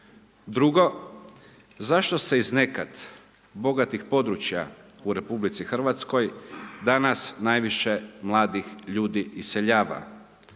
Drugo, zašto se iz nekad bogatih područja u RH danas najviše mladih ljudi iseljava?